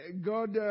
God